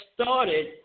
started